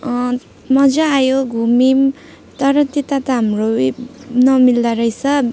मजा आयो घुम्यौँ तर त्यता त हाम्रो नमिल्दो रहेछ